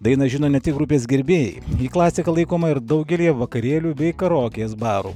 dainą žino ne tik grupės gerbėjai klasika laikoma ir daugelyje vakarėlių bei karaokės barų